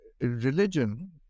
religion